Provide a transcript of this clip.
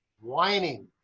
whining